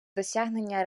досягнення